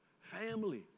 family